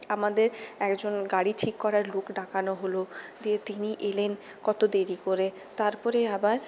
আমাদের একজন গাড়ি ঠিক করার লোক ডাকানো হল দিয়ে তিনি এলেন কত দেরি করে তারপরে আবার